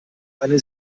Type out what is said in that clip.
eine